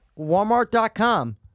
walmart.com